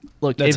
Look